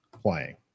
playing